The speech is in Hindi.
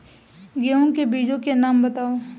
गेहूँ के बीजों के नाम बताओ?